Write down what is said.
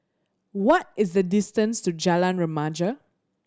what is the distance to Jalan Remaja